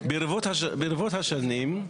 אני אבקש ממך, תני לי הצעה שלך לעניין הזה, בסדר?